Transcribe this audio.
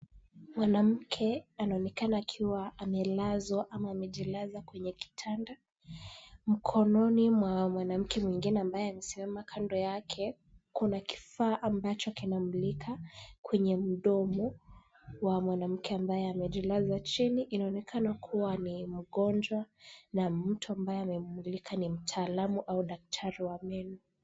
Mwanamke anaonekana akiwa amelazwa ama amejilaza kwenye kitanda. Mkononi mwa mwanamke mwingine ambaye amesimama kando yake kuna kifaa ambacho kinamulika kwenye mdomo wa mwanamke ambaye amejilaza chini. Inaonekana kuwa ni mgonjwa na mtu ambaye amemmulika ni mtaalamu au daktari wa meno.